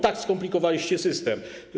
Tak skomplikowaliście system.